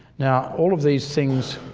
now all of these things